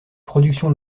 productions